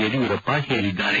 ಯಡಿಯೂರಪ್ಪ ಹೇಳಿದ್ದಾರೆ